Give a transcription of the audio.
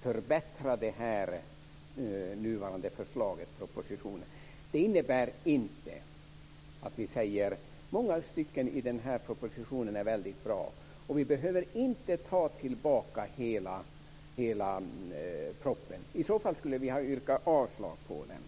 förbättra den nuvarande propositionen. Det innebär inte att vi säger nej. Många stycken i propositionen är väldigt bra. Vi behöver inte ta tillbaka hela proppen. I så fall skulle vi ha yrkat avslag på den.